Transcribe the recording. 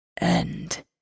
end